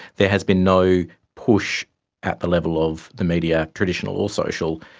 there has been no push at the level of the media, traditional or social,